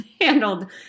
handled